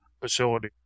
facility